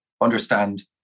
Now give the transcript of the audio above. understand